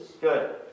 Good